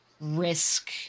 risk